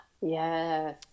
yes